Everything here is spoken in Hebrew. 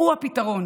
הוא-הוא הפתרון,